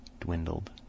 dwindled